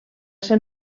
ser